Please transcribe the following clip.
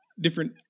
different